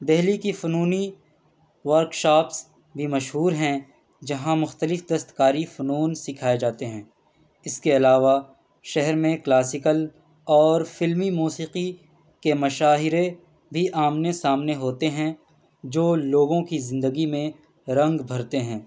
دہلی کی فنونی workshops بھی مشہور ہیں جہاں مختلف دست کاری فنون سکھائے جاتے ہیں اس کے علاوہ شہر میں کلاسیکل اور فلمی موسیقی کے مشاہرے بھی آمنے سامنے ہوتے ہیں جو لوگوں کی زندگی میں رنگ بھرتے ہیں